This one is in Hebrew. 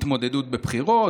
התמודדות בבחירות,